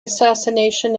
assassination